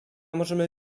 możemy